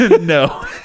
No